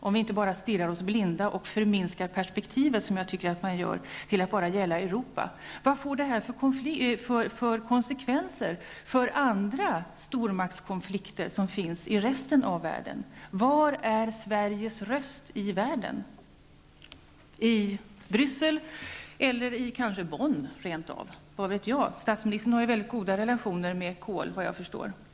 Jag tycker att man stirrar sig blind och förminskar perspektivet till att bara gälla Europa. Vad får det för konsekvenser för andra stormaktskonflikter som finns i resten av världen? Var är Sveriges röst i världen? Är det i Bryssel eller kanske i Bonn rent av? Vad vet jag? Statsministern har ju mycket goda relationer med Kohl vad jag förstår.